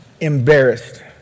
Embarrassed